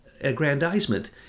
aggrandizement